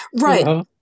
Right